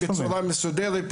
בצורה מסודרת,